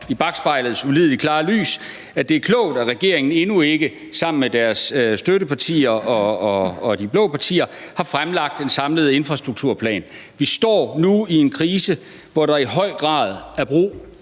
i bakspejlets ulidelig klare lys synes, at det er klogt, at regeringen endnu ikke sammen med sine støttepartier og de blå partier har fremlagt en samlet infrastrukturplan. Vi står nu i en krise, hvor der i høj grad er brug